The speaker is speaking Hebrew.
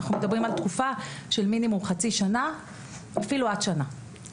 אנחנו מדברים על תקופה של מינימום חצי שנה ואפילו עד שנה.